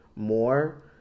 more